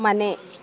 ಮನೆ